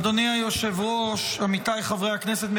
אדוני היושב-ראש, חבריי חברי הכנסת,